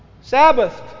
Sabbath